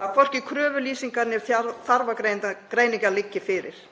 að hvorki kröfulýsingar né þarfagreiningar liggi fyrir.